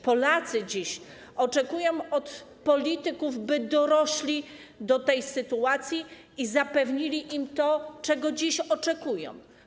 Polacy oczekują dziś od polityków, by dorośli do tej sytuacji i zapewnili im to, czego dziś oczekują.